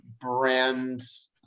brands